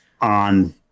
on